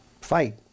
fight